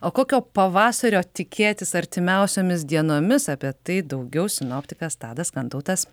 o kokio pavasario tikėtis artimiausiomis dienomis apie tai daugiau sinoptikas tadas kantautas